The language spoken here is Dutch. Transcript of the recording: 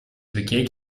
bekeek